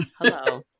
Hello